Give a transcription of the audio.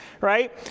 Right